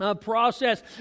process